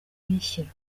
kuyishyira